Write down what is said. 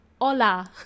hola